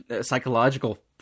psychological